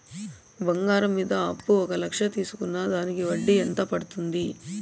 బంగారం మీద అప్పు ఒక లక్ష తీసుకున్న దానికి వడ్డీ ఎంత పడ్తుంది?